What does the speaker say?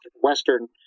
Western